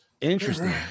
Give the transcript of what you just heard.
Interesting